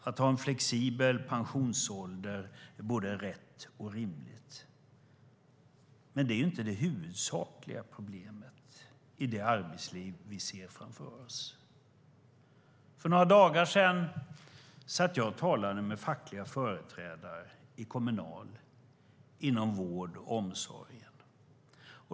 Att ha en flexibel pensionsålder är både rätt och rimligt. Men det är inte det huvudsakliga problemet i det arbetsliv vi ser framför oss. För några dagar sedan satt jag och talade med fackliga företrädare i Kommunal, inom vård och omsorg.